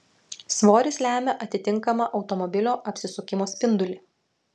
svoris lemia atitinkamą automobilio apsisukimo spindulį